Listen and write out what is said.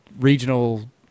regional